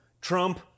Trump